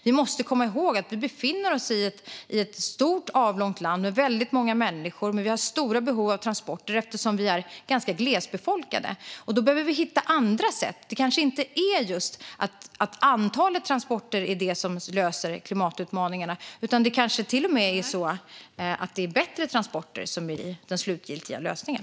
Vi måste komma ihåg att vi befinner oss i stort och avlångt land med stora behov av transporter eftersom Sverige är ganska glesbefolkat. Då behöver vi hitta andra sätt. Det kanske inte är just antalet transporter som löser klimatutmaningarna, utan det kanske är bättre transporter som är den slutgiltiga lösningen.